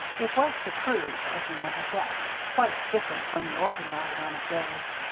it was to prove, as you may have guessed, quite different from the ordinary run of days.